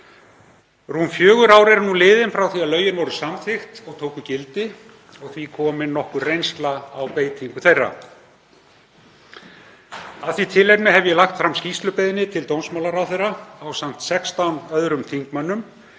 Rúm fjögur ár eru liðin frá því að lögin voru samþykkt og tóku gildi og því komin nokkur reynsla á beitingu þeirra. Af því tilefni hef ég lagt fram skýrslubeiðni til dómsmálaráðherra ásamt 16 öðrum þingmönnum